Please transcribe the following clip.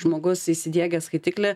žmogus įsidiegęs skaitiklį